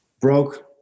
broke